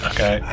Okay